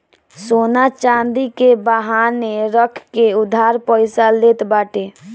सोना चांदी के बान्हे रख के उधार पईसा लेत बाटे